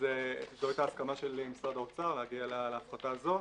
זאת ההסכמה של משרד האוצר, להגיע להפחתה הזאת.